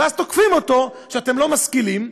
ואז תוקפים אותם: אתם לא משכילים,